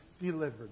delivered